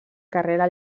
carrera